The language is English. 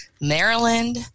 Maryland